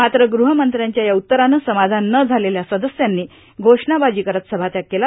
मात्र ग्रहमंत्र्यांच्या या उत्तरानं समाधान न झालेल्या सदस्यांनी घोषणाबाजी करत सभात्याग केला